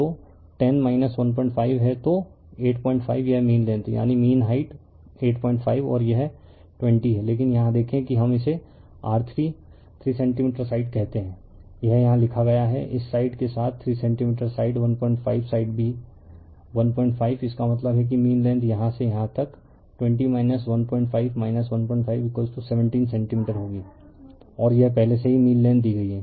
तो 10 15 हैं तो 85 यह मीन लेंग्थ है यानी मीन हाइट 85 और यह 20 है लेकिन यहां देखें कि हम इसे R3 3 सेंटीमीटर साइड कहते हैं यह यहां लिखा गया है इस साइड के साथ 3 सेंटीमीटर साइड 15 साइड भी 15 इसका मतलब है कि मीन लेंग्थ यहां से यहां तक 20 15 15 17 सेंटीमीटर होगी और यह पहले से ही मीन लेंग्थ दी गई है